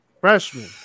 Freshman